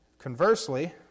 Conversely